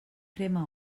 crema